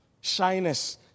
Shyness